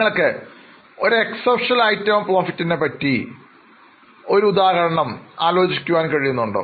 നിങ്ങൾക്ക് ഒരു Exceptional item of profit പറ്റി ഉദാഹരണം പറയാമോ